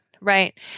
right